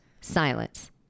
silence